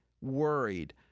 worried